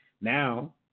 Now